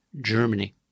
Germany